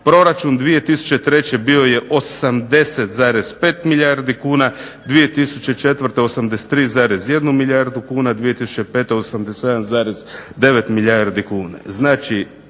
Proračun 2003. bio je 80,5 milijardi kuna, 2004. 83,1 milijardi kuna, 2005. 87,9 milijardi kuna.